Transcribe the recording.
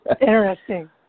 interesting